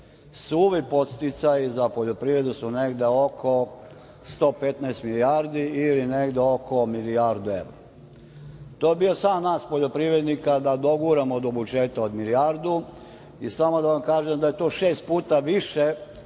Suvi podsticaji za poljoprivredu su negde oko 115 milijardi ili negde oko milijardu evra. To je bio san nas poljoprivrednika, da doguramo do budžeta od milijardu i samo da vam kažem da je to šest puta više